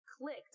clicked